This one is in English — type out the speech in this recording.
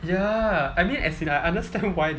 ya I mean as in I understand why they